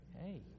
Hey